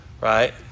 Right